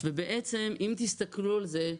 ובעצם אם תסתכלו על זה,